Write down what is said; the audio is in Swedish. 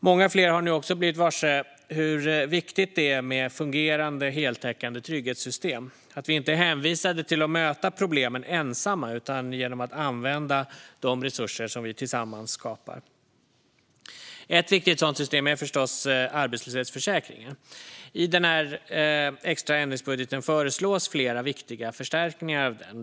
Många fler har nu också blivit varse hur viktigt det är med fungerande, heltäckande trygghetssystem så att vi inte är hänvisade till att möta problemen ensamma utan kan göra det genom att använda de resurser som vi tillsammans skapar. Ett viktigt sådant system är förstås arbetslöshetsförsäkringen. I den här extra ändringsbudgeten föreslås flera viktiga förstärkningar av den.